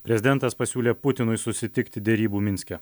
prezidentas pasiūlė putinui susitikti derybų minske